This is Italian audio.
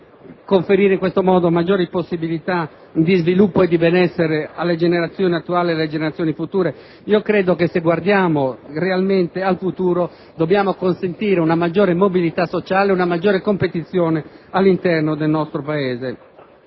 conferire in tal modo maggiori possibilità di sviluppo e di benessere alle generazioni attuali e future? Credo che se guardiamo realmente al futuro dobbiamo consentire una maggiore mobilità sociale, una maggiore competizione all'interno del nostro Paese.